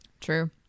True